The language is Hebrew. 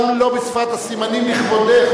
גם לא בשפת הסימנים, מכבודך.